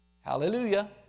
Hallelujah